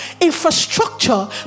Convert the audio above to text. infrastructure